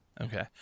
Okay